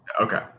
Okay